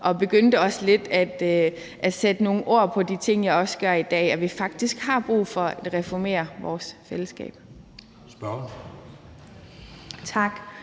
han begyndte også lidt at sætte nogle ord på de ting, jeg også gør i dag, altså at vi faktisk har brug for at reformere vores fællesskab.